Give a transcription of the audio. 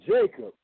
Jacob